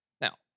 Now